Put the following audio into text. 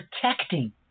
protecting